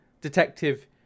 Detective